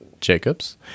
Jacobs